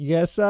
Yes